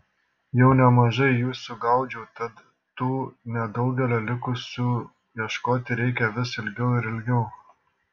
jau nemažai jų sugaudžiau tad tų nedaugelio likusių ieškoti reikia vis ilgiau ir ilgiau